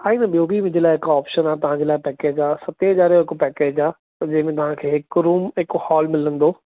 आहे न ॿियो बि इन जे लाइ हिकु ऑपशन आहे तव्हां जे लाइ हिकु पैकेज आहे सतें हज़ारे जो हिकु पैकेज आहे हुन में तव्हां खे हिकु रूम हिकु हॉल मिलंदो